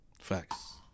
Facts